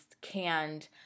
canned